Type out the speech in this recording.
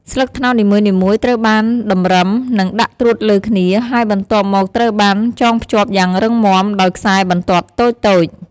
ស្លឹកត្នោតនីមួយៗត្រូវបានតម្រឹម និងដាក់ត្រួតលើគ្នា ហើយបន្ទាប់មកត្រូវបាន ចងភ្ជាប់យ៉ាងរឹងមាំដោយខ្សែបន្ទាត់តូចៗ ។